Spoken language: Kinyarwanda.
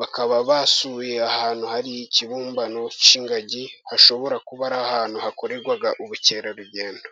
bakaba basuye ahantu hari ikibumbano cy'ingagi hashobora kuba ari ahantu hakorerwaga ubukerarugendo.